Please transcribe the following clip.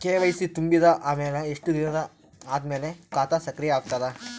KYC ತುಂಬಿದ ಅಮೆಲ ಎಷ್ಟ ದಿನ ಆದ ಮೇಲ ಖಾತಾ ಸಕ್ರಿಯ ಅಗತದ?